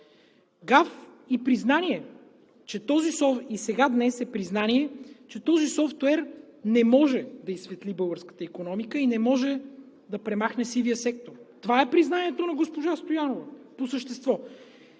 категоричен гаф. И сега е признание, че този софтуер не може да изсветли българската икономика и не може да премахне сивия сектор. Това е признанието на госпожа Стоянова по същество.